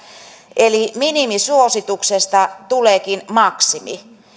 eli minimisuosituksesta tuleekin maksimi